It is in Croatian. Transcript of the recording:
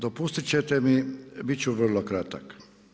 Dopustit ćete mi bit ću vrlo kratak.